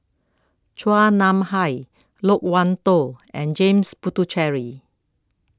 Chua Nam Hai Loke Wan Tho and James Puthucheary